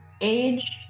age